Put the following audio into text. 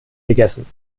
gegessen